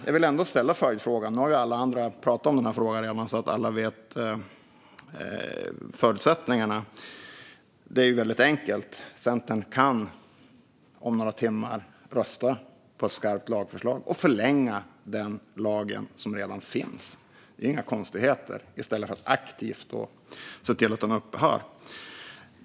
Jag vill ändå ställa en följdfråga. Nu har alla andra pratat om dessa frågor redan så att alla vet förutsättningarna. Det är väldigt enkelt. Centern kan om några timmar rösta på ett skarpt lagförslag och förlänga den lag som redan finns - det är inga konstigheter - i stället för att aktivt se till att den upphör.